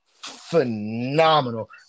phenomenal